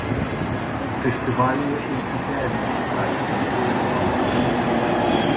festivalyje ir kiūpeliui gali tekti dalyvauti